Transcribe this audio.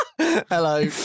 Hello